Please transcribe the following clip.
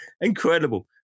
incredible